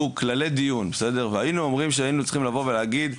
כללי דיון שאומרים שהיינו צריכים לבוא ולהגיד,